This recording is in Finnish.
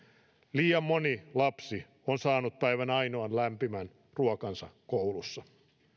liian moni lapsi on saanut päivän ainoan lämpimän ruokansa koulussa